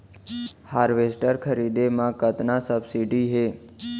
Harvester खरीदे म कतना सब्सिडी हे?